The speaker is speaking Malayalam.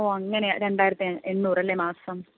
ഓഹ് അങ്ങനെ രണ്ടായിരത്തി എണ്ണൂറ് അല്ലേ മാസം